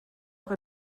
auch